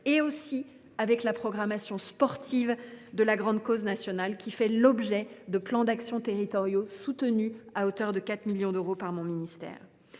culturelle et la programmation sportive de la grande cause nationale, qui fait l’objet de plans d’action territoriaux soutenus à hauteur de 4 millions d’euros par mon ministère.